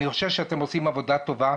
אני חושב שאתם עושים עבודה טובה,